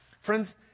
Friends